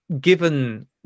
given